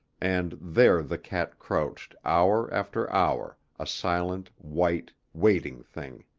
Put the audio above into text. and there the cat crouched hour after hour, a silent, white, waiting thing.